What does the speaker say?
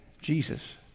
Jesus